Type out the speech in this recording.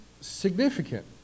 significant